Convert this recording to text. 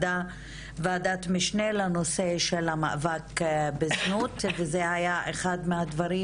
וועדת משנה לנושא של המאבק בזנות וזה היה אחד מהדברים